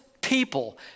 people